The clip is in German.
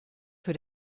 für